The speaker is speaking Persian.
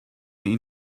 این